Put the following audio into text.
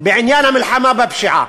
בעניין המלחמה בפשיעה,